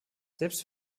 selbst